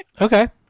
Okay